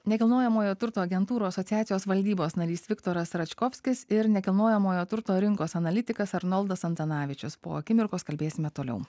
nekilnojamojo turto agentūrų asociacijos valdybos narys viktoras račkovskis ir nekilnojamojo turto rinkos analitikas arnoldas antanavičius po akimirkos kalbėsime toliau